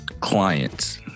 clients